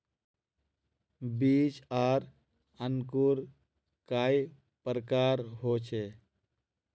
बीज आर अंकूर कई प्रकार होचे?